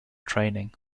training